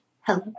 Hello